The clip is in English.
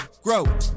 grow